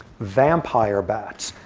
vampire bats.